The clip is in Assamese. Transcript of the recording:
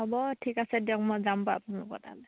হ'ব ঠিক আছে দিয়ক মই যাম বাৰু আপোনালোকৰ তালৈ